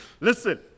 Listen